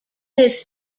this